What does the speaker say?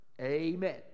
amen